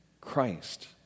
Christ